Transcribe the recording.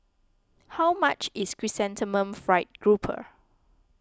how much is Chrysanthemum Fried Grouper